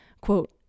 quote